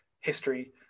history